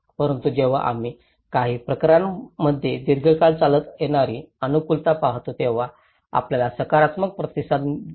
परंतु जेव्हा आम्ही काही प्रकरणांमध्ये दीर्घकाळ चालत येणारी अनुकूलता पाहतो तेव्हा आम्हाला सकारात्मक प्रतिसाद दिसला